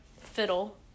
fiddle